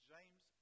James